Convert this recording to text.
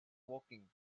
woking